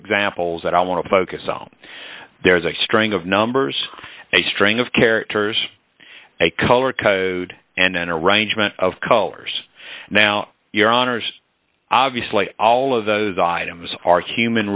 examples that i want to focus on there is a string of numbers a string of characters a color code and an arrangement of colors now your honour's obviously all of those items are human